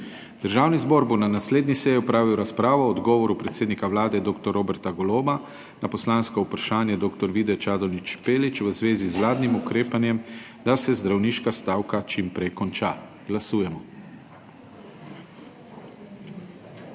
Državni zbor bo na naslednji seji opravil razpravo o odgovoru predsednika Vlade dr. Roberta Goloba na poslansko vprašanje dr. Vide Čadonič Špelič v zvezi z vladnim ukrepanjem, da se zdravniška stavka čim prej konča. Glasujemo.